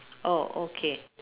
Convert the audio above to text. oh okay